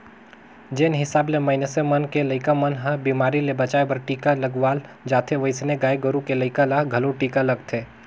जेन हिसाब ले मनइसे मन के लइका मन ल बेमारी ले बचाय बर टीका लगवाल जाथे ओइसने गाय गोरु के लइका ल घलो टीका लगथे